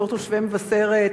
בתור תושבי מבשרת,